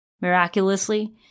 Miraculously